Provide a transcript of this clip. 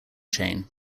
chain